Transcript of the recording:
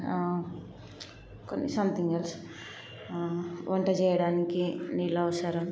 కొన్ని something else వంట చేయడానికి నీళ్ళు అవసరం